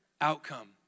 outcome